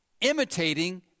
imitating